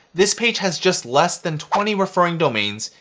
this page has just less than twenty referring domains,